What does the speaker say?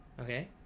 Okay